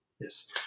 Yes